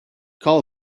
call